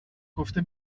گفته